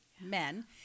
men